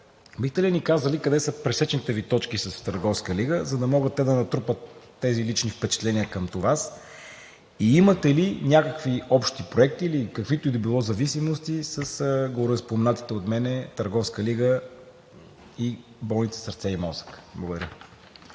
бихте ли ни казали къде са пресечните Ви точки с Търговска лига, за да могат те да натрупат тези лични впечатления към Вас; имате ли някакви общи проекти или каквито и да било зависимости с гореспоменатите от мен Търговска лига и Болница „Сърце и мозък“? Благодаря.